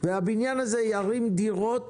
והבניין הזה ירים דירות